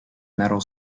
metal